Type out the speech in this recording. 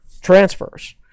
transfers